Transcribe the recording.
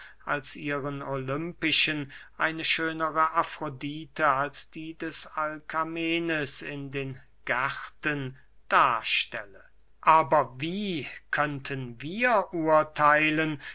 als ihren olympischen eine schönere afrodite als die des alkamenes in den gärten darstelle aber wie könnten wir urtheilen